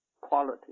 quality